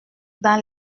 dans